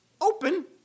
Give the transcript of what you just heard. open